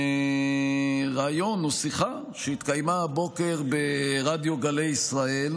מריאיון או שיחה שהתקיימה הבוקר ברדיו גלי ישראל,